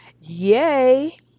yay